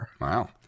Wow